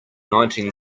nineteen